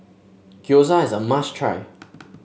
Gyoza is a must try